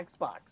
xbox